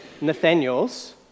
Nathaniel's